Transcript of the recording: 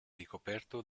ricoperto